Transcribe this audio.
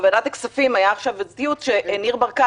בוועדת הכספים היה עכשיו איזה ציוץ שניר ברקת